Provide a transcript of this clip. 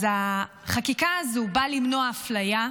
אז החקיקה הזו באה למנוע אפליה.